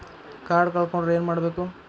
Card ಕಳ್ಕೊಂಡ್ರ ಏನ್ ಮಾಡಬೇಕು?